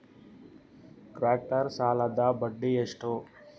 Tractor ಸಾಲದ್ದ ಬಡ್ಡಿ ಎಷ್ಟ?